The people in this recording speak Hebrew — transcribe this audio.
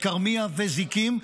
כרמיה וזיקים.